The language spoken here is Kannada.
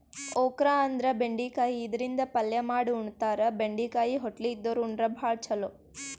ಓಕ್ರಾ ಅಂದ್ರ ಬೆಂಡಿಕಾಯಿ ಇದರಿಂದ ಪಲ್ಯ ಮಾಡ್ ಉಣತಾರ, ಬೆಂಡಿಕಾಯಿ ಹೊಟ್ಲಿ ಇದ್ದೋರ್ ಉಂಡ್ರ ಭಾಳ್ ಛಲೋ